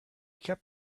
kept